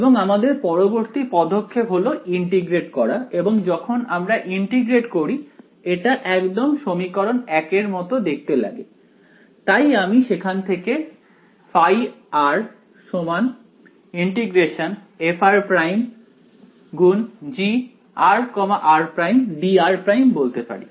এবং আমাদের পরবর্তী পদক্ষেপ হলো ইন্টিগ্রেট করা এবং যখন আমরা ইন্টিগ্রেট করি এটি একদম সমীকরণ 1 এর মতো দেখতে লাগে তাই আমি সেখান থেকে ϕ ∫fr′Gr r′dr′ বলতে পারি